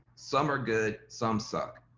some are good, some suck,